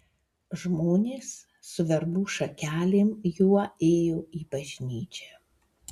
žmonės su verbų šakelėm juo ėjo į bažnyčią